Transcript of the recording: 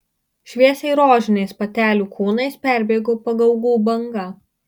šviesiai rožiniais patelių kūnais perbėgo pagaugų banga